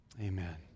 amen